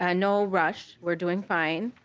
ah no rush. were doing fine.